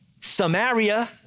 Samaria